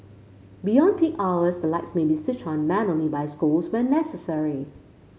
beyond peak hours the lights may be switched on manually by schools when necessary